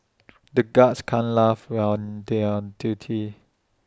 the guards can't laugh while they're on duty